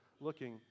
looking